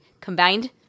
combined